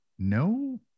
no